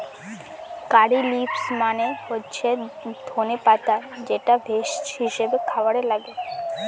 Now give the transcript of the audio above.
কারী leaves মানে হচ্ছে ধনে পাতা যেটা ভেষজ হিসাবে খাবারে লাগে